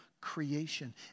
creation